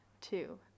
two